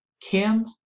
Kim